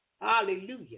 Hallelujah